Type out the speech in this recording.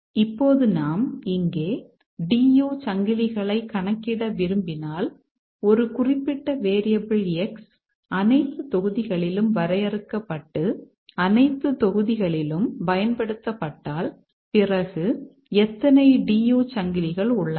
இப்போது நாம் இங்கே DU சங்கிலிகளைக் கணக்கிட விரும்பினால் ஒரு குறிப்பிட்ட வேரியபிள் X அனைத்து தொகுதிகளிலும் வரையறுக்கப்பட்டு அனைத்து தொகுதிகளிலும் பயன்படுத்தப்பட்டால் பிறகு எத்தனை DU சங்கிலிகள் உள்ளன